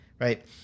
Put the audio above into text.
right